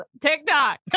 TikTok